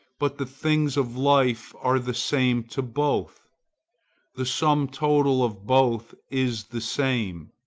but the things of life are the same to both the sum total of both is the same.